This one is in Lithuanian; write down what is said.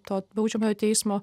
to baudžiamojo teismo